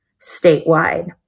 statewide